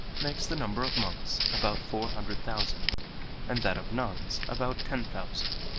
makes the number of monks about four hundred thousand and that of nuns about ten thousand.